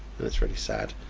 that's really sad.